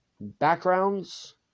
Backgrounds